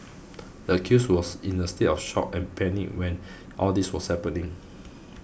the accused was in a state of shock and panic when all this was happening